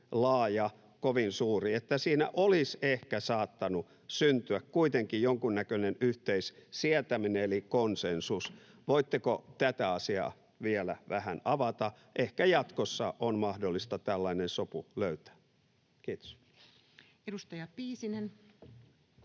kovin suuri ja että siinä olisi ehkä saattanut syntyä kuitenkin jonkunnäköinen yhteissietäminen eli konsensus. Voitteko tätä asiaa vielä vähän avata? Ehkä jatkossa on mahdollista tällainen sopu löytää. — Kiitos. Edustaja Piisinen.